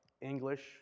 English